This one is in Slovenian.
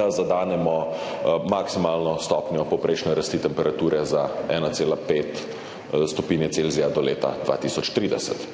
da zadenemo maksimalno stopnjo povprečne rasti temperature za 1,5 stopinje Celzija do 2030.